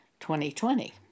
2020